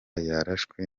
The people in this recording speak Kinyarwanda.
yarashwe